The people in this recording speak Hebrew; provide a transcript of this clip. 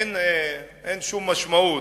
אין לזה שום משמעות,